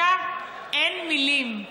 אין מילים על